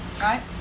right